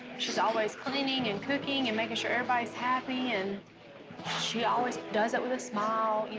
she's always cleaning and cooking, and making sure everybody's happy and she always does it with a smile, you